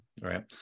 Right